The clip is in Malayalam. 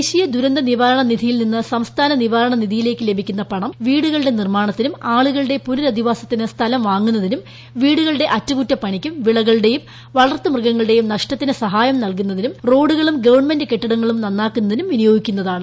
ദേശീയദുരന്തനിവാരണ നിധിയിൽ നിന്ന് സംസ്ഥാന നിവാരണ നിധിയിലേക്ക് ലഭിക്കുന്ന പണംവീടുകളുടെ നിർമ്മാണത്തിനും ആളുകളുടെ പുനരവധിവാസത്തിന് സ്ഥലം വാങ്ങുന്നതിനും വീടുകളുടെ അറ്റകുറ്റപ്പണിക്കും വിളകളുടെയും വളർത്തുമൃഗങ്ങളുടെയും നഷ്ടത്തിദ്ദ് സഹായം നൽകുന്നതിനും റോഡുകളും ഗവൺമെന്റ് കെട്ടിടങ്ങളും നന്നാക്കുന്നതിനും വിനിയോഗിക്കുന്നതാണ്